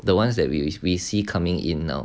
the ones that we we see coming in now